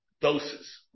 doses